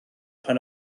pan